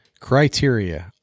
criteria